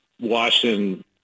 Washington